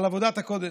על עבודת הקודש.